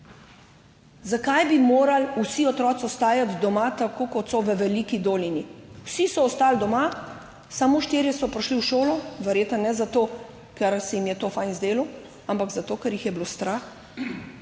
Zakaj bi morali vsi otroci ostajati doma, tako kot so v Veliki Dolini? Vsi so ostali doma, samo štirje so prišli v šolo. Verjetno ne zato, ker se jim je to fajn zdelo, ampak zato, ker jih je bilo strah,